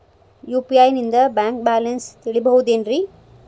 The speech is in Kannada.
ಯು.ಪಿ.ಐ ನಿಂದ ಬ್ಯಾಂಕ್ ಬ್ಯಾಲೆನ್ಸ್ ತಿಳಿಬಹುದೇನ್ರಿ?